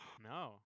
No